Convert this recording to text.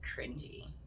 cringy